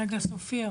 סופיה,